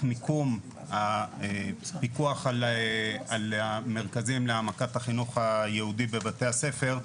מיקום הפיקוח על המרכזים להעמקת החינוך היהודי בבתי הספר.